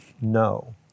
no